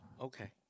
Okay